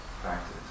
practice